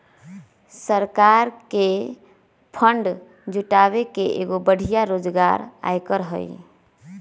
सरकार के फंड जुटावे के एगो बढ़िया जोगार आयकर हई